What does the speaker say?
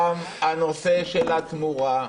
אני רוצה להסביר שוב על הנושא של התמורה.